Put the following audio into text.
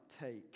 take